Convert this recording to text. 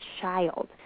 child